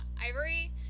Ivory